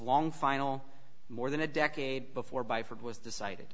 long final more than a decade before by for it was decided